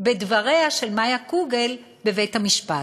בדבריה של מאיה בבית-המשפט.